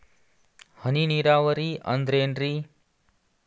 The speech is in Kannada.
ಹನಿ ನೇರಾವರಿ ಅಂದ್ರೇನ್ರೇ?